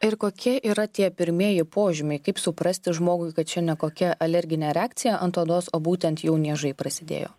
ir kokie yra tie pirmieji požymiai kaip suprasti žmogui kad čia ne kokia alerginė reakcija ant odos o būtent jau niežai prasidėjo